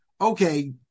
okay